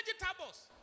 vegetables